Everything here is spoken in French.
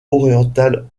oriental